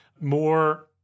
more